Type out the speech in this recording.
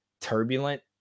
turbulent